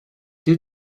due